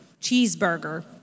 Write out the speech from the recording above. cheeseburger